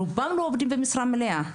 רובם עובדים במשרה מלאה,